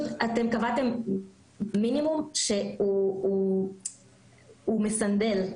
קבעתם מינימום שהוא מסנדל,